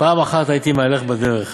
פעם אחת הייתי מהלך בדרך